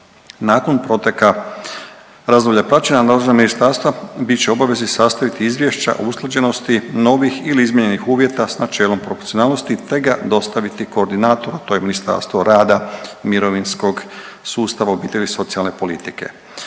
Nakon proteka razdoblja praćenja nadležna ministarstva bit će u obavezi sastaviti izvješća o usklađenosti novih ili izmijenjenih uvjeta s načelom proporcionalnosti, te ga dostaviti koordinatoru, a to je Ministarstvo rada, mirovinskog sustava, obitelji i socijalne politike.